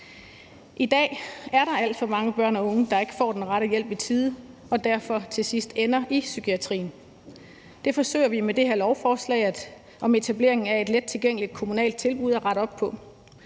I dag er der alt for mange børn og unge, der ikke får den rette hjælp i tide, og som derfor til sidst ender i psykiatrien. Det forsøger vi med det her lovforslag om etableringen af et lettilgængeligt kommunalt tilbud at rette op på.